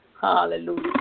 Hallelujah